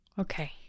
Okay